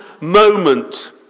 moment